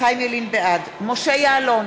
בעד משה יעלון,